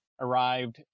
arrived